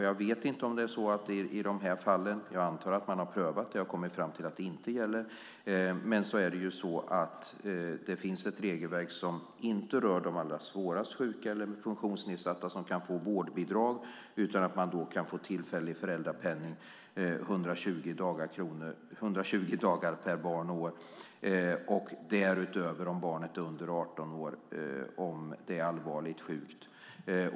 Jag vet inte hur det är i de här fallen, men jag antar att man har prövat dem och kommit fram till att det inte gäller. Det finns ett regelverk som inte rör de allra svårast sjuka eller funktionsnedsatta som kan få vårdbidrag utan i stället kan få tillfällig föräldrapenning i 120 dagar per barn och år och därutöver om barnet är under 18 år och är allvarligt sjukt.